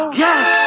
yes